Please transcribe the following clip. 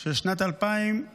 של שנת 2023: